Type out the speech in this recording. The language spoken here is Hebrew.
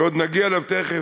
שעוד נגיע אליו תכף,